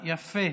יפה.